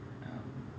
um